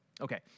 Okay